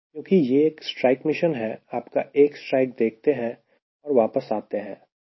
क्योंकि यह एक स्ट्राइक मिशन है आप एक स्ट्राइक देखते हैं और वापस आते हैं